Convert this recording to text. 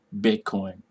Bitcoin